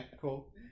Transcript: Cool